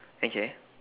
okay